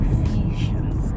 Ephesians